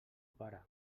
pare